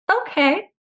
Okay